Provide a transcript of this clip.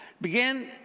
began